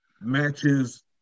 matches